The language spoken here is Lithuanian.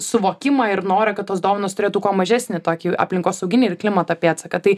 suvokimą ir norą kad tos dovanos turėtų kuo mažesnį tokį aplinkosauginį ir klimato pėdsaką tai